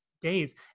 days